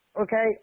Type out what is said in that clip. Okay